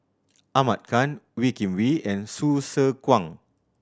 Ahmad Khan Wee Kim Wee and Hsu Tse Kwang